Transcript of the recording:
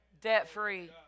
debt-free